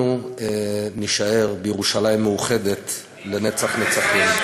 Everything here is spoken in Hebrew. אנחנו נישאר בירושלים מאוחדת לנצח נצחים.